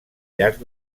llarg